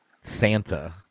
Santa